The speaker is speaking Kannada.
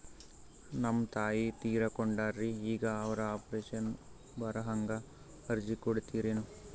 ನಮ್ ತಾಯಿ ತೀರಕೊಂಡಾರ್ರಿ ಈಗ ಅವ್ರ ಪೆಂಶನ್ ಬರಹಂಗ ಅರ್ಜಿ ಕೊಡತೀರೆನು?